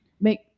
Make